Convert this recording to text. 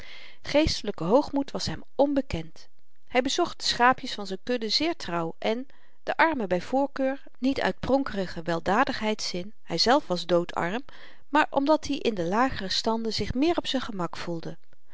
geestelyke hoogmoed was hem onbekend hy bezocht de schaapjes van z'n kudde zeer trouw en de armen by voorkeur niet uit pronkerigen weldadigheidszin hyzelf was doodarm maar omdat i in de lagere standen zich meer op z'n gemak voelde